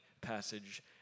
passage